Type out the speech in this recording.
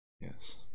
yes